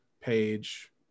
page